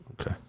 Okay